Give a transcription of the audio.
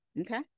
okay